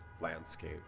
landscape